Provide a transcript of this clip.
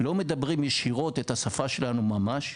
לא מדברים ישירות את השפה שלנו ממש,